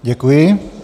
Děkuji.